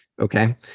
okay